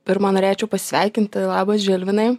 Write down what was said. pirma norėčiau pasisveikinti labas žilvinai